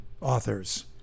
authors